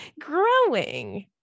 growing